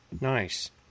Nice